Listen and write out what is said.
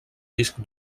disc